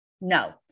No